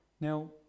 now